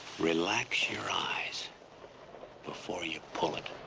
relax your eyes before you pull it.